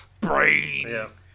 Brains